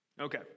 Okay